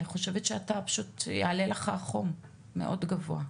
אני חושבת שפשוט יעלה לך חום מאוד גבוה.